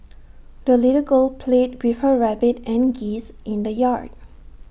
the little girl played with her rabbit and geese in the yard